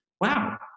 wow